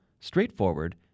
straightforward